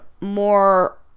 more